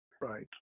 Right